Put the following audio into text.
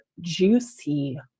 juicy